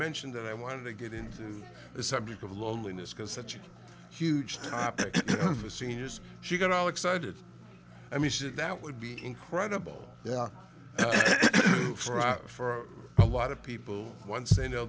mentioned that i wanted to get into the subject of loneliness because such a huge topic for seniors she got all excited i mean that would be incredible yeah for out for a lot of people once they know